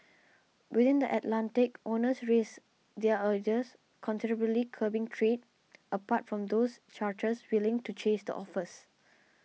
within the Atlantic owners raised their ideas considerably curbing trading apart from those charterers willing to chase the offers